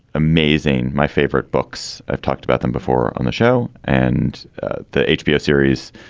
amazing. my favorite books i've talked about them before on the show and the hbo series.